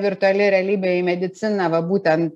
virtuali realybė į mediciną va būtent